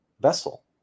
vessel